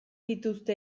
dituzte